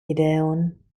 ideon